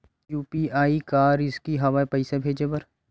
UPI का रिसकी हंव ए पईसा भेजे बर?